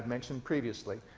mentioned previously,